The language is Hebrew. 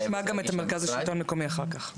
-- נשמע גם את המרכז לשלטון מקומי אחר כך.